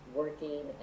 working